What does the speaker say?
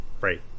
Right